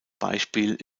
beispiel